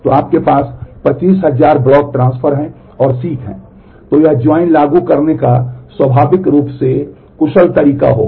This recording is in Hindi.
तो यह जॉइन लागू करने का स्वाभाविक रूप से अधिक कुशल तरीका होगा